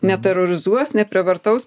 neterorizuos neprievartaus